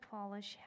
Polish